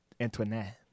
Antoinette